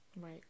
Right